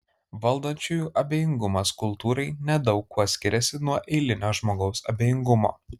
valdančiųjų abejingumas kultūrai nedaug kuo skiriasi nuo eilinio žmogaus abejingumo